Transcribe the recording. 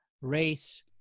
race